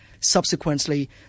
Subsequently